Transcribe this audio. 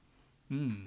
mm